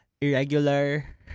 irregular